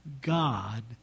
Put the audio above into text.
God